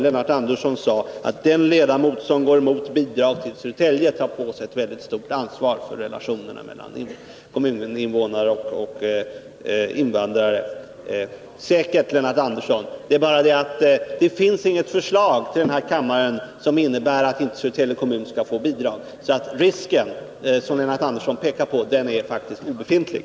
Lennart Andersson sade att den ledamot som går emot bidrag till Södertälje tar på sig ett mycket stort ansvar för relationerna mellan tidigare kommuninvånare och invandrare. Säkert, Lennart Andersson — det är bara så att det inte finns något förslag till Nr 134 den här kammaren som innebär att Södertälje kommun inte skall få bidrag. Torsdagen den Risken, som Lennart Andersson pekar på, är faktiskt obefintlig.